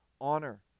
honor